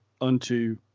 unto